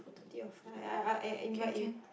duty on Fri I I invite you